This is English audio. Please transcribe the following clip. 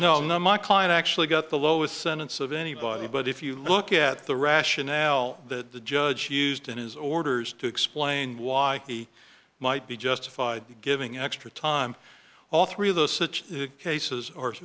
was no no my client actually got the lowest sentence of anybody but if you look at the rationale that the judge used in his orders to explain why he might be justified giving extra time all three of those such cases are